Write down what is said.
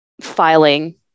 filing